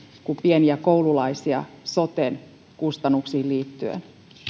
kuin pieniä koululaisia soten kustannuksiin liittyen